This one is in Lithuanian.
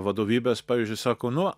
vadovybės pavyzdžiui sako nu